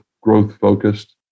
growth-focused